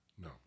No